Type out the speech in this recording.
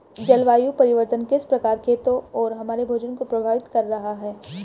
जलवायु परिवर्तन किस प्रकार खेतों और हमारे भोजन को प्रभावित कर रहा है?